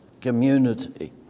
community